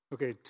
Okay